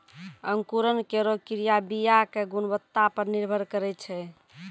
अंकुरन केरो क्रिया बीया क गुणवत्ता पर निर्भर करै छै